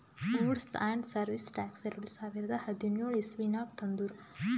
goods and service tax ಎರಡು ಸಾವಿರದ ಹದಿನ್ಯೋಳ್ ಇಸವಿನಾಗ್ ತಂದುರ್